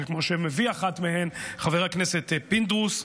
כמו אחת מהן שמביא חבר הכנסת פינדרוס.